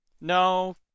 No